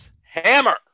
hammer